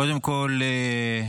קודם כול,